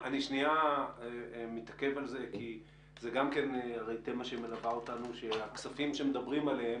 הרי הטענה הנגדית ואתה שומע אותה גם מהאוצר וגם מגורמים אחרים,